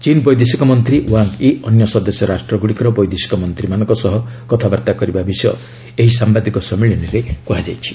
ଚୀନ୍ ବୈଦେଶିକ ମନ୍ତ୍ରୀ ଓ୍ୱାଙ୍ଗ୍ ୟି ଅନ୍ୟ ସଦସ୍ୟ ରାଷ୍ଟ୍ରଗୁଡ଼ିକର ବୈଦେଶିକ ମନ୍ତ୍ରୀମାନଙ୍କ ସହ କଥାବାର୍ତ୍ତା କରିବା ବିଷୟ ଏହି ସାମ୍ଘାଦିକ ସମ୍ମିଳନୀରେ କୁହାଯଇଛି